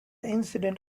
incident